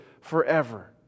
forever